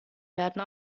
werden